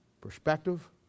perspective